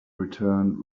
returned